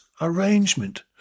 arrangement